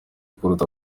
kuruta